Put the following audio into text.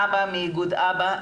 מאיגוד א.ב.א.